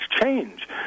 change